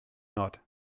not